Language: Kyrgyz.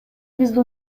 бизди